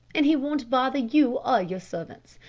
and he won't bother you or your servants.